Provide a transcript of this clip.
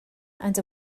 and